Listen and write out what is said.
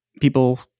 people